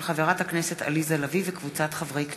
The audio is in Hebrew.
של חברת הכנסת עליזה לביא וקבוצת חברי הכנסת,